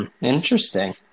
Interesting